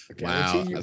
Wow